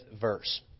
verse